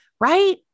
right